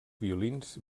violins